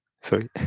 Sorry